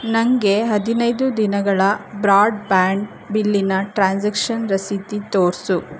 ನನಗೆ ಹದಿನೈದು ದಿನಗಳ ಬ್ರಾಡ್ ಬ್ಯಾಂಡ್ ಬಿಲ್ಲಿನ ಟ್ರಾನ್ಸಾಕ್ಷನ್ ರಸೀದಿ ತೋರಿಸು